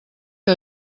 que